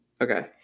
Okay